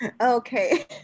Okay